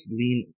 lean